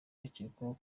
bakekwaho